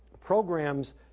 programs